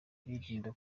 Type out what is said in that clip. birinda